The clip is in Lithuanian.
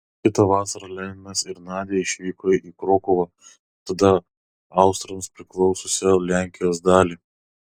kitą vasarą leninas ir nadia išvyko į krokuvą tada austrams priklausiusią lenkijos dalį